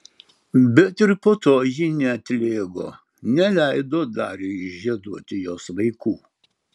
bet ir po to ji neatlėgo neleido dariui žieduoti jos vaikų